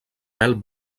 mel